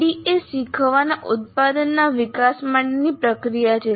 ADDIE એ શીખવાના ઉત્પાદનના વિકાસ માટેની પ્રક્રિયા છે